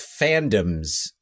fandoms